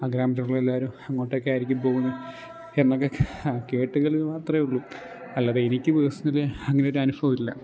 ആ ഗ്രാമത്തിലുള്ള എല്ലാവരും അങ്ങോട്ടൊക്കെയായിരിക്കും പോകുന്നത് എന്നൊക്കെ കേട്ടുകേൾവി മാത്രമേയുള്ളൂ അല്ലാതെ എനിക്ക് പേഴ്സണലി അങ്ങനെയൊരു അനുഭവമില്ല